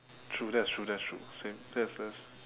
true that's true that's true same that's that's